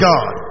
God